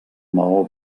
maó